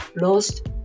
lost